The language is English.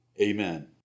Amen